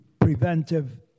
preventive